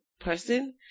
person